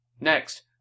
Next